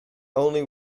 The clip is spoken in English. only